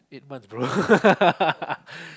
eight months bro